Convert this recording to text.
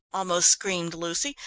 almost screamed lucy,